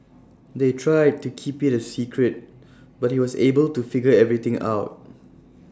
they tried to keep IT A secret but he was able to figure everything out